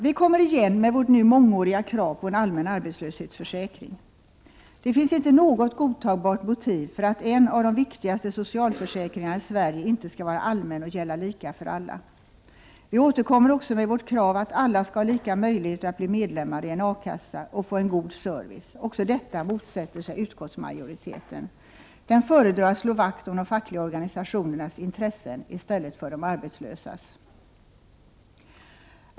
Vi kommer igen med vårt nu mångåriga krav på en allmän arbetslöshetsförsäkring. Det finns inte något godtagbart motiv för att en av de viktigaste socialförsäkringarna i Sverige inte skall vara allmän och gälla lika för alla. Vi återkommer också med vårt krav att alla skall ha lika möjligheter att bli medlemmar i en A-kassa och få en god service. Också detta motsätter sig utskottsmajoriteten. Den föredrar att slå vakt om de fackliga organisationernas intressen i stället för de arbetslösas.